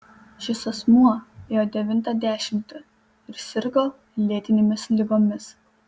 šis asmuo ėjo devintą dešimtį ir sirgo lėtinėmis ligomis